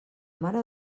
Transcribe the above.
mare